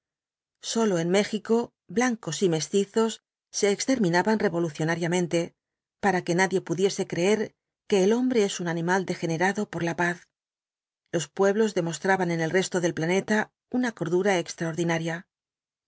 sólo en méjico blancos y mestizos se exterminaban revolucionariamente para que nadie pudiese creer que el hombre es un animal degenerado por la paz los pueblos demostraban en el resto del planeta una cordura extraordinaria